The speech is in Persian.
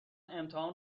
امتحان